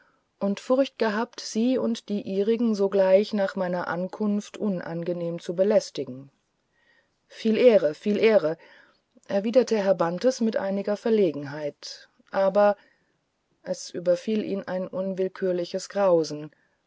und furcht gehabt sie und die ihrigen sogleich nach meiner ankunft unangenehm zu belästigen viel ehre viel ehre erwiderte herr bantes mit einiger verlegenheit aber es überfiel ihn ein unwillkürliches grausen